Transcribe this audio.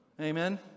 Amen